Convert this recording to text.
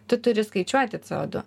tu turi skaičiuoti ce o du